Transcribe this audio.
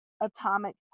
Atomic